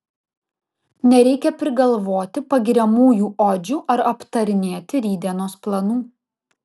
nereikia prigalvoti pagiriamųjų odžių ar aptarinėti rytdienos planų